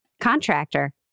contractor